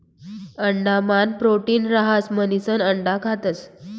अंडा मान प्रोटीन रहास म्हणिसन अंडा खातस